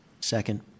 Second